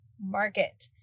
market